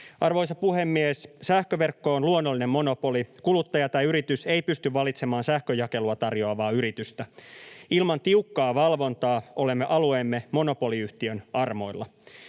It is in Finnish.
Arvoisa puhemies! Sähköverkko on luonnollinen monopoli. Kuluttaja tai yritys ei pysty valitsemaan sähkönjakelua tarjoavaa yritystä. Ilman tiukkaa valvontaa olemme alueemme monopoliyhtiön armoilla.